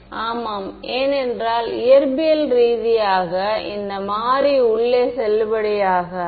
மாணவர் ஆமாம் ஏனென்றால் இயற்பியல் ரீதியாக இந்த மாறி உள்ளே செல்லுபடியாகாது